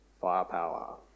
firepower